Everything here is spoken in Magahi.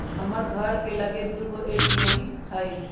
हमर घर के लगे दू गो ए.टी.एम हइ